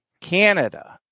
Canada